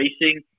Racing